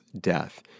death